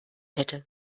hätte